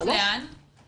לאן הן שייכות?